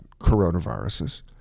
coronaviruses